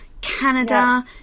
canada